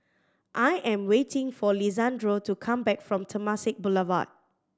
I am waiting for Lisandro to come back from Temasek Boulevard